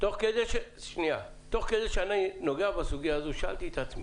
תוך כדי שאני נוגע בסוגיה הזאת, שאלתי את עצמי.